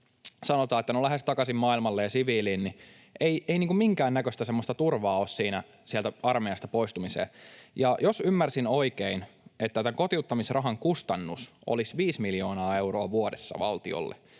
sanotaan, että ”no, lähes takasin maailmalle ja siviiliin”, niin ei minkään näköistä turvaa ole sieltä armeijasta poistumiseen. Jos ymmärsin oikein, että tämän kotiuttamisrahan kustannus olisi 5 miljoonaa euroa vuodessa valtiolle,